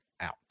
out